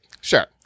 Sure